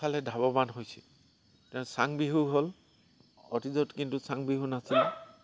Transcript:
ফালে ধাৱমান হৈছে তেও চাংবিহু হ'ল অতীজত কিন্তু চাংবিহু নাছিল